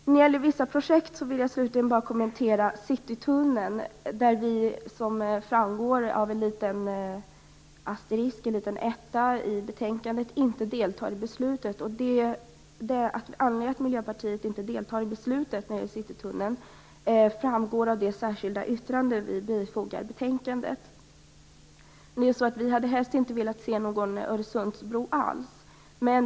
När det gäller Citytunneln deltar inte vi i beslutet, vilket framgår av en liten markering i betänkandet. Anledningen framgår av det särskilda yttrande från oss som är fogat till betänkandet. Helst hade vi inte alls velat se någon Öresundsbro.